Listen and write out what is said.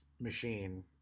machine